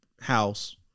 house